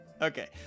Okay